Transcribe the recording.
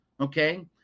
okay